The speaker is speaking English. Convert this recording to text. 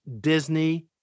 Disney